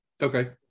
Okay